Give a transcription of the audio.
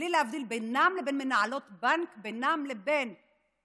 בלי להבדיל בינן לבין מנהלות בנק, בינן לבין